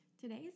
Today's